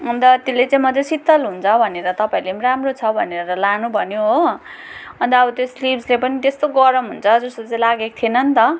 अन्त त्यसले चाहिँ म चाहिँ शीतल हुन्छ भनेर तपाईँहरूले पनि राम्रो छ भनेर लानु भन्यो हो अन्त अब त्यो स्लिभ्सले पनि त्यस्तो गरम हुन्छ जस्तो चाहिँ लागेको थिएन नि त